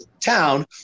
town